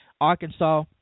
Arkansas